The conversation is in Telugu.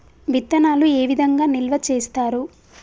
విత్తనాలు ఏ విధంగా నిల్వ చేస్తారు?